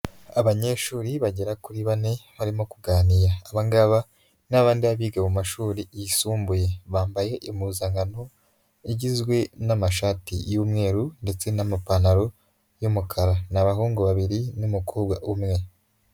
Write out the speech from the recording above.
Abanyeshuri bagera kuri bane barimo kuganira. Aba ngaba ni ba bandi biga mu mashuri yisumbuye,. Bambaye impuzankano igizwe n'amashati y'umweru ndetse n'amapantaro y'umukara. Ni abahungu babiri n'umukobwa umwe.